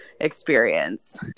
experience